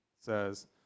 says